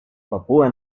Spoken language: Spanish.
papúa